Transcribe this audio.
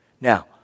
Now